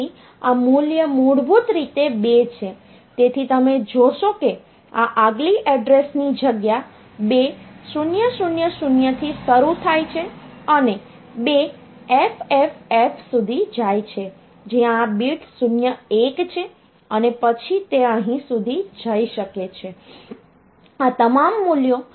તેથી આ મૂલ્ય મૂળભૂત રીતે 2 છે તેથી તમે જોશો કે આ આગલી એડ્રેસની જગ્યા 2000 થી શરૂ થાય છે અને 2FFF સુધી જાય છે જ્યાં આ બિટ્સ 01 છે અને પછી તે અહીં સુધી જઈ શકે છે આ તમામ મૂલ્યો તે તમામ મૂલ્યો સુધી જઈ શકે છે